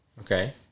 okay